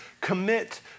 Commit